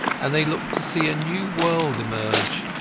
and they looked to see a new world emerge.